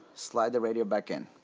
slide the radio back in